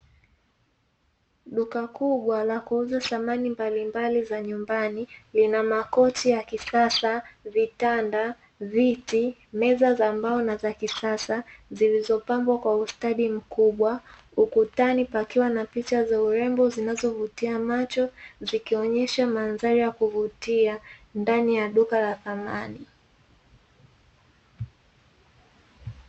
Duka kubwa la kuuza thamani mbalimbali za nyumbani lina makoti ya kisasa vitanda viti, meza za mbao na za kisasa zilizopambwa kwa ustadi mkubwa ukutani pakiwa na picha za urembo zinazovutia macho zikionyesha mandhari ya kuvutia ndani ya duka la dhamani.